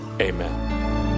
Amen